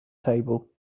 table